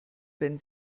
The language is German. wenn